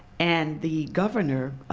and the governor,